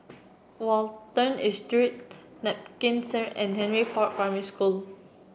Watten Estate Street Nankin and Henry Park Primary School